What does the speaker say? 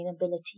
sustainability